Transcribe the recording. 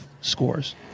scores